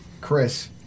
Chris